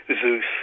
Zeus